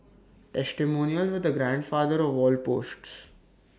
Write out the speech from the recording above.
testimonials were the grandfather of wall posts